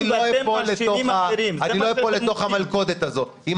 אני לא אפול לתוך המלכודת הזו --- אתם נכשלים ואתם מאשימים אחרים.